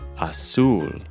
Azul